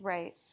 Right